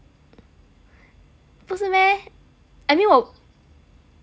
不是 meh I mean 我